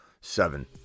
seven